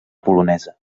polonesa